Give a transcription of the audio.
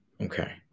Okay